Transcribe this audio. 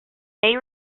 may